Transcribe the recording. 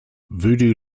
voodoo